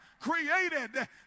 created